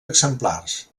exemplars